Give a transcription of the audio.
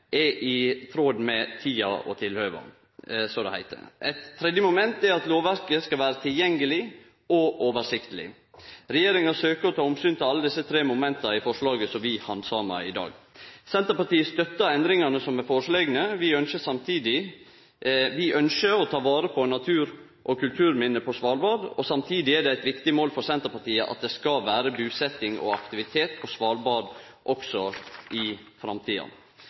er i tråd med tida og tilhøva, som det heiter. Eit tredje moment er at lovverket skal vere tilgjengeleg og oversiktleg. Regjeringa søkjer å ta omsyn til alle desse tre momenta i forslaget vi handsamar i dag. Senterpartiet støttar endringane som er foreslegne. Vi ynskjer å ta vare på natur og kulturminne på Svalbard. Samtidig er det eit viktig mål for Senterpartiet at det skal vere busetjing og aktivitet på Svalbard også i framtida.